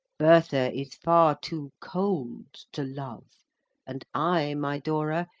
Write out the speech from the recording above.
bertha is far too cold to love and i, my dora,